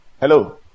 Hello